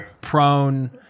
prone